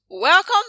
welcome